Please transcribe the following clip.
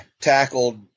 tackled